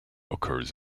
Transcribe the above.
occurs